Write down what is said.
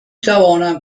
توانم